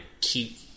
keep